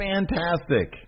Fantastic